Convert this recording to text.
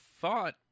thought